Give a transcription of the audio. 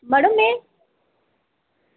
मड़ो में